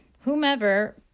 whomever